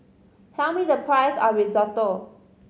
tell me the price of Risotto